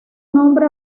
nombre